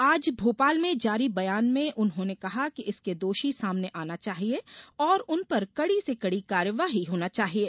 आज भोपाल में जारी बयान में उन्होंने कहा कि इसके दोषी सामने आना चाहिये और उन पर कडी से कडी कार्यवाही होना चाहिये